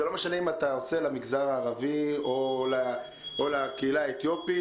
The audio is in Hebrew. זה לא משנה אם אתה עושה למגזר הערבי או לקהילה האתיופית,